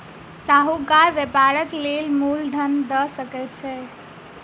साहूकार व्यापारक लेल मूल धन दअ सकै छै